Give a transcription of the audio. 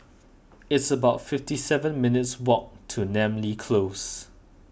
it's about fifty seven minutes' walk to Namly Close